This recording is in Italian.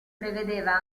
prevedeva